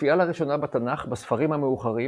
מופיעה לראשונה בתנ"ך בספרים המאוחרים,